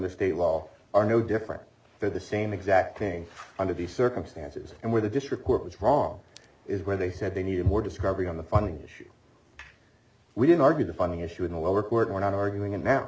the state law are no different for the same exact thing under the circumstances and where the district court was wrong is where they said they needed more discovery on the funding issue we didn't argue the funding issue in the lower court we're not arguing and now